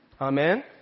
Amen